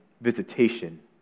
visitation